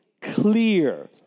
clear